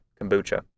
kombucha